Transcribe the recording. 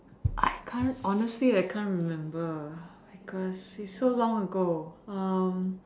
I can't honestly I can't remember since it was so long ago